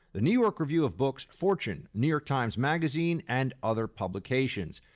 the new york review of books, fortune, new york times magazine, and other publications.